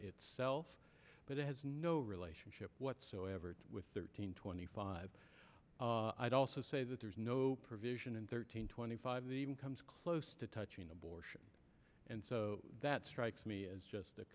itself but it has no relationship whatsoever with thirteen twenty five i'd also say that there's no provision in thirteen twenty five the even comes close to touching abortion and so that strikes me as just th